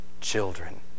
children